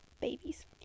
Babies